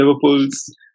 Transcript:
Liverpool's